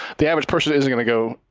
the average person isn't going to go,